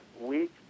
week